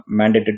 mandated